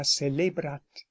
celebrat